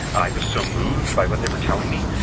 i was so moved by what they were telling me.